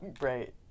Right